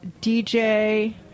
DJ